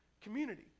community